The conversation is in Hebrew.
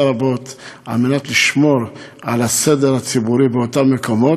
רבות כדי לשמור על הסדר הציבורי באותם מקומות.